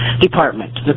department